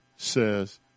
says